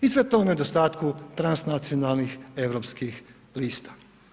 I sve to u nedostatku transnacionalnih europskih lista.